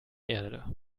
erde